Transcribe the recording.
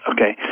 Okay